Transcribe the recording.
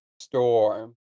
storm